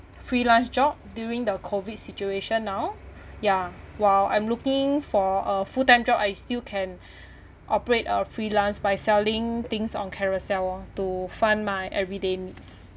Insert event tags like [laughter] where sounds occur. freelance job during the COVID situation now ya while I'm looking for a full time job I still can [breath] operate a freelance by selling things on Carousell lor to fund my everyday needs